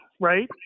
right